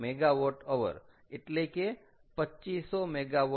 6 MWH એટલે કે 2500 MWH